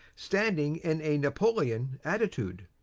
standing in a napoleon attitude.